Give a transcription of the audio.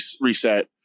reset